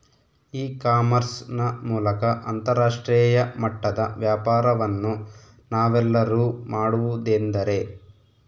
E commerce ನ ಮೂಲಕ ಅಂತರಾಷ್ಟ್ರೇಯ ಮಟ್ಟದ ವ್ಯಾಪಾರವನ್ನು ನಾವೆಲ್ಲರೂ ಮಾಡುವುದೆಂದರೆ?